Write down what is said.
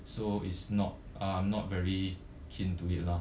so is not I'm not very keen to it lah